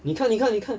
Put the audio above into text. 你看你看你看